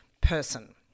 person